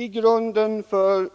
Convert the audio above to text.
I grunden för